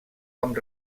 amb